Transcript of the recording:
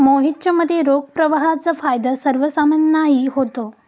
मोहितच्या मते, रोख प्रवाहाचा फायदा सर्वसामान्यांनाही होतो